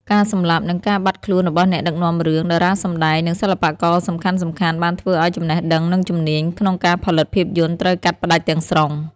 ការសម្លាប់ និងការបាត់ខ្លួនរបស់អ្នកដឹកនាំរឿង តារាសម្តែង និងសិល្បករសំខាន់ៗបានធ្វើឲ្យ ចំណេះដឹង និងជំនាញ ក្នុងការផលិតភាពយន្តត្រូវកាត់ផ្តាច់ទាំងស្រុង។